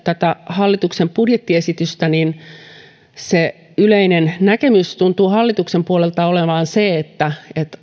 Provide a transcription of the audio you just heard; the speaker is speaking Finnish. tätä hallituksen budjettiesitystä niin yleinen näkemys hallituksen puolelta tuntuu olevan se että